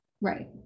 right